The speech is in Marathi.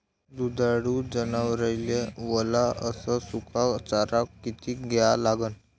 दुधाळू जनावराइले वला अस सुका चारा किती द्या लागन?